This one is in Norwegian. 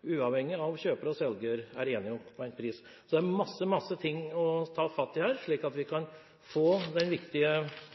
uavhengig av om kjøper og selger er enig om en pris. Så det er mange, mange ting å ta fatt i her, slik at vi kan få den viktige